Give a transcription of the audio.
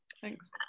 Thanks